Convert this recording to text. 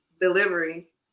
delivery